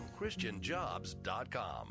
christianjobs.com